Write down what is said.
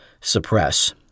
suppress